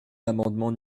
l’amendement